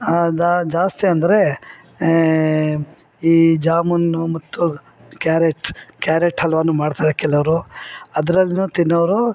ಅದಾ ಜಾಸ್ತಿ ಅಂದರೆ ಈ ಜಾಮುನು ಮತ್ತು ಕ್ಯಾರೆಟ್ ಕ್ಯಾರೆಟ್ ಹಲ್ವಾ ಮಾಡ್ತಾರೆ ಕೆಲವರು ಅದ್ರಲ್ಲಿ ತಿನ್ನೋವರು